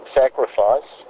sacrifice